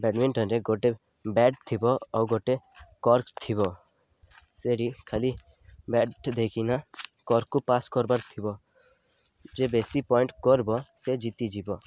ବ୍ୟାଡ଼ମିଣ୍ଟନରେ ଗୋଟେ ବ୍ୟାଟ ଥିବ ଆଉ ଗୋଟେ କର୍କ ଥିବ ସେଠି ଖାଲି ବ୍ୟାଟ ଦେଇକିନା କର୍କକୁ ପାସ୍ କର୍ବାର ଥିବ ଯେ ବେଶୀ ପଏଣ୍ଟ କର୍ବ ସେ ଜିତିଯିବ